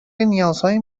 نیازهای